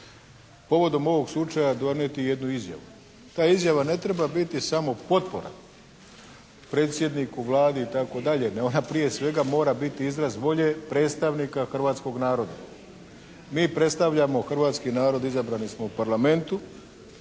povodom ovog slučaja donijeti jednu izjavu. Ta izjava ne treba biti samo potpora Predsjedniku, Vladi itd., jer ona prije svega mora biti izraz volje predstavnika hrvatskog naroda. Mi predstavljamo hrvatski narod, izabrani smo u Parlamentu,